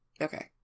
okay